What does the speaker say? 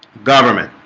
government?